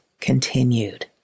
continued